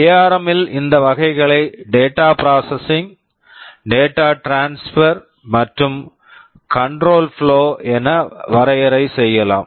ARM ARM ல் இந்த வகைகளை data processing data processing data transfer data transfer மற்றும் கண்ட்ரோல் புளோ control flow என வரையறை செய்யலாம்